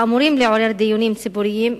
האמורים לעורר דיונים ציבוריים,